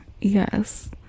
Yes